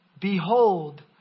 Behold